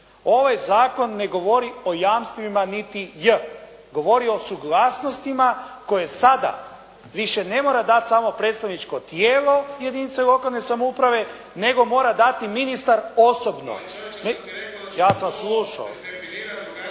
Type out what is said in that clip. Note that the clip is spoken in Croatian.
Ovaj zakon ne govori o jamstvima niti "j", govori o suglasnostima koje sada više ne mora dati samo predstavničko tijelo jedinica lokalne samouprave, nego mora dati ministar osobno. … /Upadica